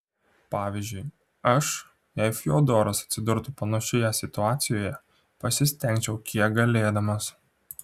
pavyzdžiui aš jei fiodoras atsidurtų panašioje situacijoje pasistengčiau kiek galėdamas